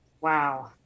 Wow